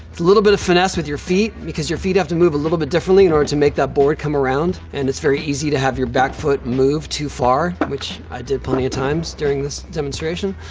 it's a little bit of finesse with your feet because your feet have to move a little bit differently in order to make that board come around. and it's very easy to have your back foot move too far, which i did plenty of times during this demonstration.